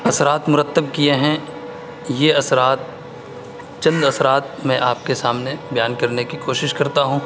اثرات مرتب کیے ہیں یہ اثرات چند اثرات میں آپ کے سامنے بیان کرنے کی کوشش کرتا ہوں